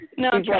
No